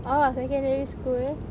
oh secondary school